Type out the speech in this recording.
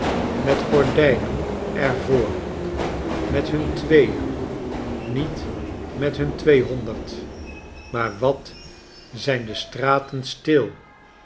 met gordijnen er voor met hun tweeen niet met hun tweehonderd maar wat zijn de straten stil